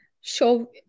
show